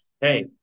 Hey